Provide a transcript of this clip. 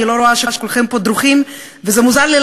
אני לא רואה שכולכם פה דרוכים, וזה מוזר לי.